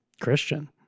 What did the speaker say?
Christian